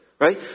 Right